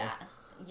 Yes